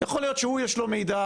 יכול להיות שהוא יש לו מידע,